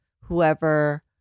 whoever